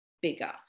bigger